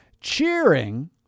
cheering